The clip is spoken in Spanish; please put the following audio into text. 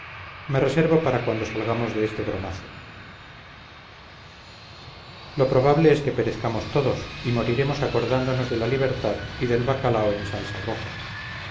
me reservo para cuando salgamos de este bromazo lo probable es que perezcamos todos y moriremos acordándonos de la libertad y del bacalao en salsa roja